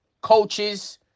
coaches